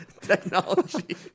technology